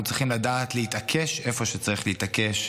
אנחנו צריכים לדעת להתעקש איפה שצריך להתעקש.